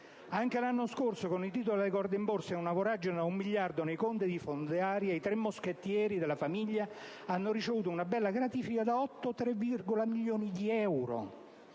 Anche l'anno scorso, con i titoli alle corde in Borsa e una voragine da un miliardo nei conti di Fondiaria, i tre moschettieri della famiglia hanno ricevuto una bella gratifica da 8,3 milioni di euro.